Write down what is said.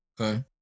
Okay